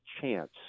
chance